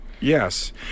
yes